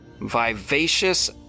vivacious